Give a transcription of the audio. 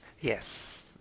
Yes